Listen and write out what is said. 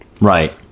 Right